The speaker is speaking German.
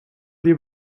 die